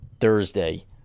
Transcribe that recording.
Thursday